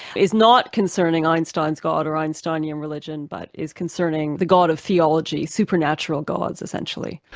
is not concerning einstein's god or einsteinian religion, but is concerning the god of theology, supernatural gods essentially.